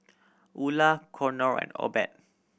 Ula Conor and Obed